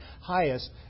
highest